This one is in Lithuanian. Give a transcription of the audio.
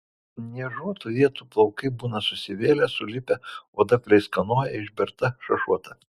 niežuotų vietų plaukai būna susivėlę sulipę oda pleiskanoja išberta šašuota